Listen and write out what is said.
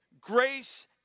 grace